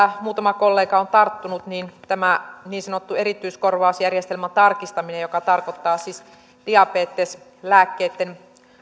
muutama kollega on tarttunut niin tämä niin sanottu erityiskorvausjärjestelmän tarkistaminen joka tarkoittaa siis diabeteslääkkeitten